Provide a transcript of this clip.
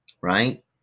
right